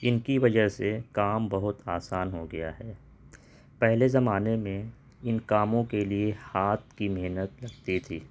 ان کی وجہ سے کام بہت آسان ہو گیا ہے پہلے زمانے میں ان کاموں کے لیے ہاتھ کی محنت لگتی تھی